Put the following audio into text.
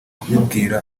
kubibwira